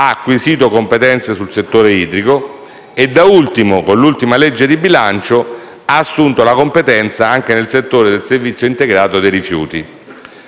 ha acquisito competenze sul settore idrico e infine, con l'ultima legge di bilancio, ha assunto la competenza anche nel settore del servizio integrato dei rifiuti.